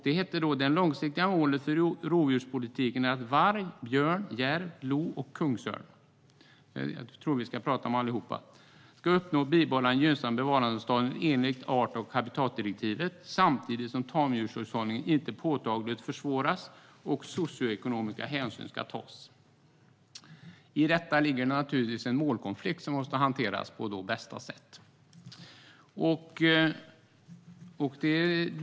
Det hette då att det långsiktiga målet för rovdjurspolitiken skulle vara att "varg, björn, järv, lodjur och kungsörn i Sverige ska uppnå och bibehålla gynnsam bevarandestatus enligt art och habitatdirektivet, samtidigt som tamdjurshållning inte påtagligt försvåras och socioekonomisk hänsyn tas". Jag tror att vi ska tala om dem allihop här. I detta ligger naturligtvis en målkonflikt som måste hanteras på bästa sätt.